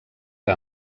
que